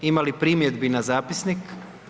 Imali li primjedbi na zapisnik?